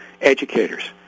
educators